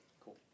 Cool